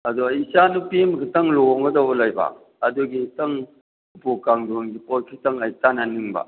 ꯑꯗꯨ ꯑꯩ ꯏꯆꯥ ꯅꯨꯄꯤ ꯑꯃꯈꯛꯇꯪ ꯂꯨꯍꯣꯡꯒꯗꯧꯕ ꯂꯩꯕ ꯑꯗꯨꯒꯤ ꯑꯃꯨꯛꯇꯪ ꯎꯄꯨ ꯀꯥꯡꯊꯣꯟꯒꯤ ꯄꯣꯠ ꯈꯖꯤꯛꯇꯪ ꯑꯩ ꯇꯥꯟꯅꯅꯤꯡꯕ